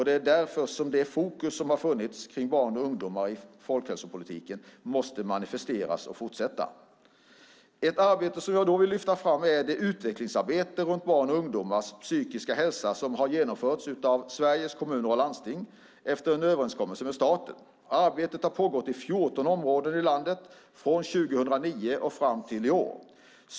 Det är därför det fokus som har funnits på barn och ungdomar i folkhälsopolitiken måste manifesteras och fortsätta. Ett arbete som jag vill lyfta fram är det utvecklingsarbete för barns och ungdomars psykiska hälsa som har genomförts av Sveriges Kommuner och Landsting efter en överenskommelse med staten. Arbetet har pågått i 14 områden i landet från 2009 fram till i år.